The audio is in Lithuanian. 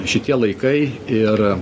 šitie laikai ir